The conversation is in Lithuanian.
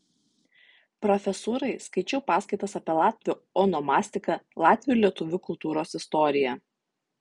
profesūrai skaičiau paskaitas apie latvių onomastiką latvių ir lietuvių kultūros istoriją